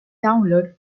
download